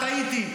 טעיתי.